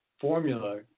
formula